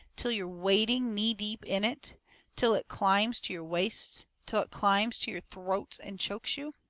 till you're wading knee deep in it till it climbs to your waists till it climbs to your throats and chokes you?